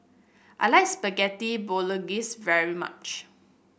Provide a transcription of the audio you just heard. I like Spaghetti Bolognese very much